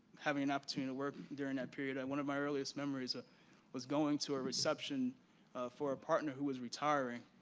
having an opportunity ah to and work during that period. one of my earliest memories ah was going to a reception for a partner who was retiring.